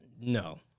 No